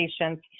patients